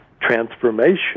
transformation